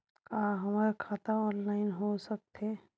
का हमर खाता ऑनलाइन हो सकथे?